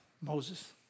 Moses